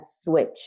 switch